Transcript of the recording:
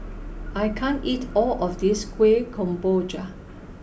I can't eat all of this Kuih Kemboja